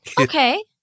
Okay